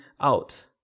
out